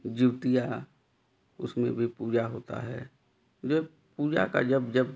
जूतिया उसमें भी पूजा होता है जो है पूजा का जब जब